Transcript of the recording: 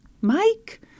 Mike